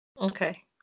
okay